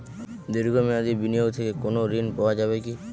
দীর্ঘ মেয়াদি বিনিয়োগ থেকে কোনো ঋন পাওয়া যাবে কী?